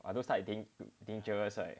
but those type dangerous right